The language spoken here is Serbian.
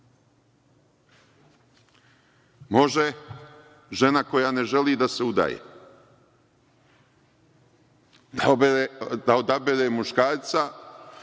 Može žena koja ne želi da se udaje da odabere muškarca